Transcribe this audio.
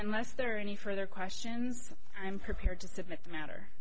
unless there are any further questions i'm prepared to submit the matter